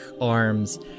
arms